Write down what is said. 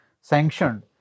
sanctioned